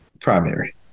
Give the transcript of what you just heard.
primary